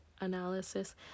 analysis